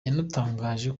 yanatangaje